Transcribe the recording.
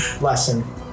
lesson